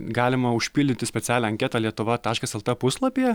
galima užpildyti specialią anketą lietuva taškas lt puslapyje